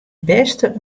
bêste